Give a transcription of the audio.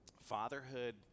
Fatherhood